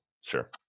sure